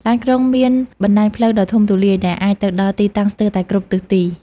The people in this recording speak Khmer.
ឡានក្រុងមានបណ្តាញផ្លូវដ៏ទូលំទូលាយ ដែលអាចទៅដល់ទីតាំងស្ទើរតែគ្រប់ទិសទី។